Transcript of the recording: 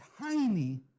tiny